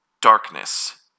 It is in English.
darkness